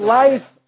life